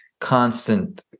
constant